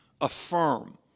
affirm